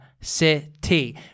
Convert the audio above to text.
city